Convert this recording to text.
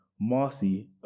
Marcy